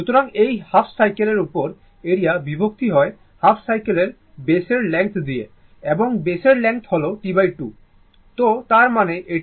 সুতরাং এই হাফ সাইকেলের উপর এরিয়া বিভক্ত হয় হাফ সাইকেলের বেসের লেংথ দিয়ে এবং বেসের লেংথ হল T2